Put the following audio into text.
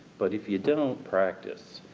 but, if you don't practice,